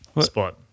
spot